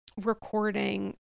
recording